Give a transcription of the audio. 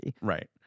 Right